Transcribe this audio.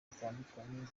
zitandukanye